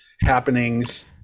happenings